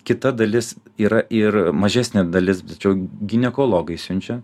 kita dalis yra ir mažesnė dalis tačiau ginekologai siunčia